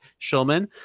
Shulman